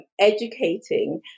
educating